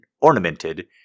ornamented